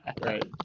right